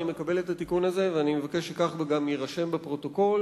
אני מקבל את התיקון הזה ואני מבקש שכך גם יירשם בפרוטוקול,